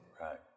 right